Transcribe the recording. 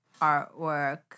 artwork